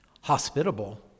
hospitable